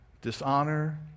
dishonor